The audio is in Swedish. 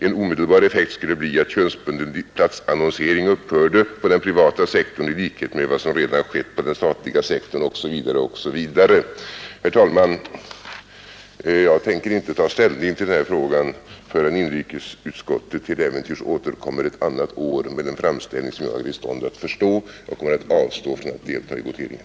En omedelbar effekt skulle bli att könsbunden platsannonsering upphörde på den privata sektorn i likhet med vad som redan skett på den statliga sektorn.” Herr talman! Jag tänker inte ta ställning i den här frågan förrän inrikesutskottet till äventyrs återkommer ett annat år med en framställning som jag är i stånd att förstå. Jag kommer att avstå från att delta i voteringen.